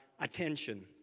Attention